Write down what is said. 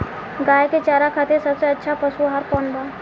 गाय के चारा खातिर सबसे अच्छा पशु आहार कौन बा?